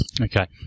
Okay